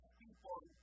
people